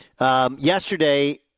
yesterday